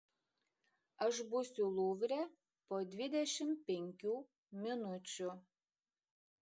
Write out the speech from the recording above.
aš būsiu luvre po dvidešimt penkių minučių